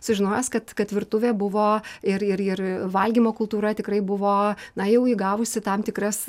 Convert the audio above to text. sužinojęs kad kad virtuvė buvo ir ir ir valgymo kultūra tikrai buvo na jau įgavusi tam tikras